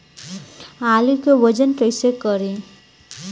आलू के वजन कैसे करी?